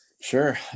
sure